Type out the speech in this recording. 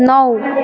नौ